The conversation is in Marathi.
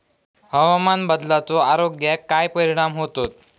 हवामान बदलाचो आरोग्याक काय परिणाम होतत?